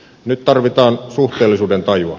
nyt tarvitaan suhteellisuuden tajua